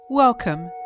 Welcome